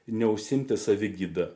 neužsiimti savigyda